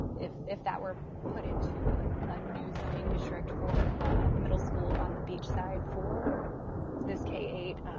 if if that were put into ah a new zoning district for a middle school on the beach side for this k eight,